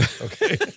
Okay